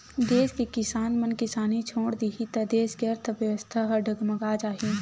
देस के किसान मन किसानी छोड़ देही त देस के अर्थबेवस्था ह डगमगा जाही